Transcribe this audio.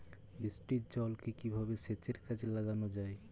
বৃষ্টির জলকে কিভাবে সেচের কাজে লাগানো য়ায়?